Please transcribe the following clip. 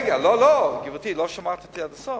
רגע, גברתי, לא שמעת אותי עד הסוף.